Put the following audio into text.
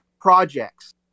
projects